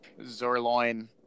Zorloin